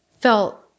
felt